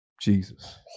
Jesus